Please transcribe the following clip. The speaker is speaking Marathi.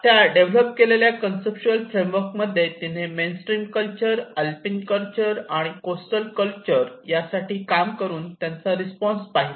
त्या डेव्हलप केलेल्या कन्सप्च्युअल फ्रेमवर्क मध्ये तिने मेनस्ट्रीम कल्चर अल्पिन कल्चर आणि कोस्टल कल्चर साठी काम करून त्यांचा रिस्पॉन्स पाहिला